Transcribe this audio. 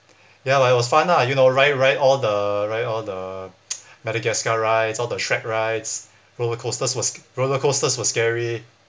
ya lah but it was fun lah you know ride ride all the ride all the madagascar rides all the shrek rides rollercoasters was rollercoasters were scary